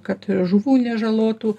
kad žuvų nežalotų